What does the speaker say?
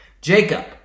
Jacob